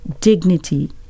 dignity